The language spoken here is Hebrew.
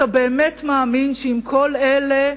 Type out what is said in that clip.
אתה באמת מאמין שעם כל אלה,